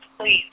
Please